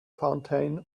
fountain